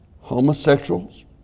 homosexuals